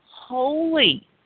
holy